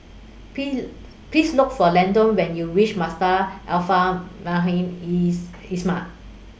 Please Look For Landon when YOU REACH Madrasah Al Fun IS Islamiah